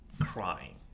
crying